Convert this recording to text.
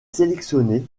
sélectionné